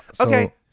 Okay